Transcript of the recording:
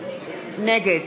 נגד